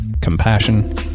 Compassion